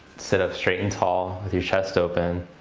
sit up straight and tall with your chest open.